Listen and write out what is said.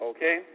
Okay